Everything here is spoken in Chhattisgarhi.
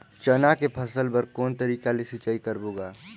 चना के फसल बर कोन तरीका ले सिंचाई करबो गा?